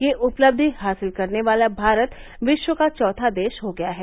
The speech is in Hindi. यह उपलब्धि हासिल करने वाला भारत विश्व का चौथा देश हो गया है